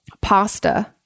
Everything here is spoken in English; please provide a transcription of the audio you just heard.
pasta